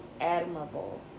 admirable